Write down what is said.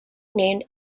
named